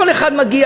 כל אחד מגיע,